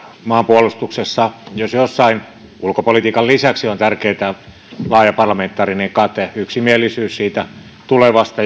maanpuolustuksessa jos jossain on ulkopolitiikan lisäksi tärkeätä laaja parlamentaarinen kate yksimielisyys siitä tulevasta